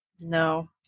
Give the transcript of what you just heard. No